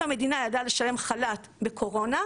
אם המדינה ידעה לשלם חל"ת בקורונה,